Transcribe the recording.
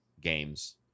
games